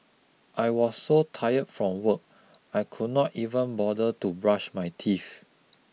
I was so tired from work I could not even bother to brush my teeth